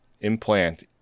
implant